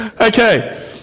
Okay